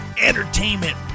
entertainment